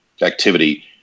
activity